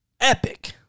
epic